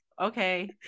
okay